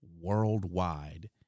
worldwide